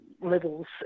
levels